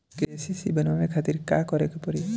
KCC बनवावे खातिर का करे के पड़ी?